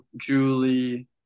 Julie